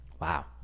wow